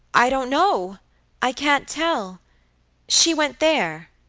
i don't know i can't tell she went there,